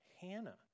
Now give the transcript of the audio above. Hannah